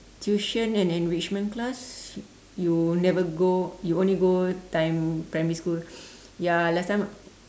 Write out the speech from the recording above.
tuition and enrichment class you never go you only go time primary school ya last time